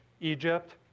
Egypt